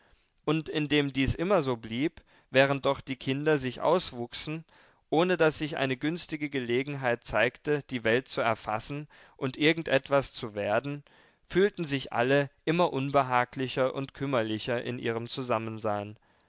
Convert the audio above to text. und indem dies immer so blieb während doch die kinder sich auswuchsen ohne daß sich eine günstige gelegenheit zeigte die welt zu erfassen und irgend etwas zu werden fühlten sich alle immer unbehaglicher und kümmerlicher in ihrem zusammensein